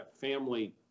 family